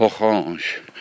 Orange